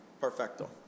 Perfecto